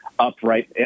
upright